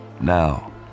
Now